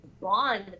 bond